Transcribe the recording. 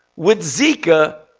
with zika,